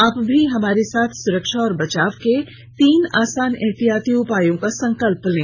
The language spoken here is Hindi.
आप भी हमारे साथ सुरक्षा और बचाव के तीन आसान एहतियाती उपायों का संकल्प लें